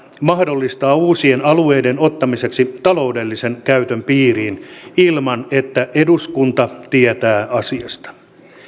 mahdollistaa uusien alueiden ottamisen ta loudellisen käytön piiriin ilman että eduskunta tietää asiasta